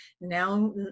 Now